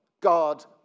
God